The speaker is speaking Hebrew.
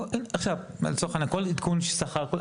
עכשיו עדכון שכר,